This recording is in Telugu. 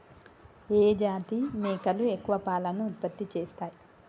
ఏ జాతి మేకలు ఎక్కువ పాలను ఉత్పత్తి చేస్తయ్?